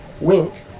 Wink